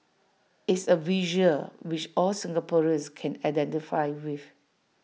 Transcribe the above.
it's A visual which all Singaporeans can identify with